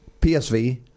PSV